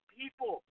people